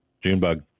Junebug